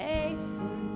Faithful